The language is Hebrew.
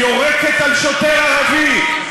ברחבי הארץ